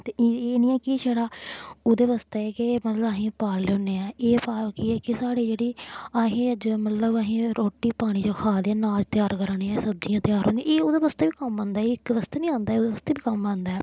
ते एह् एह् निं ऐ कि एह् छड़ा ओह्दे बास्तै गै मतलब आहें पालने होन्ने आं एह् पालगे के साढ़ी जेह्ड़ी आहीं अज्ज मतलब आहीं रोटी पानी जो खा दे नाज त्यार करा ने आं सब्जियां त्यार होंदियां एह् ओह्दे बास्तै बी कम्म औंदा एह् इक बास्तै निं कम्म औंदा ऐ ओह्दै बास्तै बी कम्म औंदा ऐ